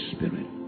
Spirit